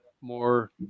more